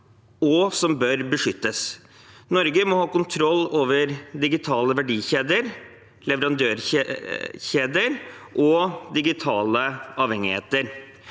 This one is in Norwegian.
og som bør beskyttes. Norge må ha kontroll over digitale verdikjeder, leverandørkjeder og digitale avhengigheter.